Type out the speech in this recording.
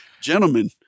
Gentlemen